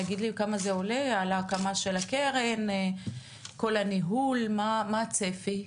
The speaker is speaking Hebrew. כמה עולה ההקמה של הקרן, כל הניהול, מה הצפי.